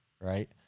Right